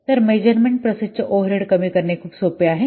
तर measurement process चे overhead कमी करणे खूप सोपे आहे